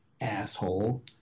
asshole